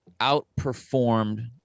outperformed